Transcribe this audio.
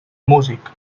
músic